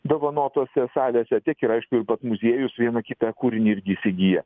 dovanotose salėse tiek ir aišku ir pats muziejus vieną kitą kūrinį irgi įsigyja